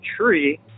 tree